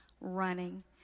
running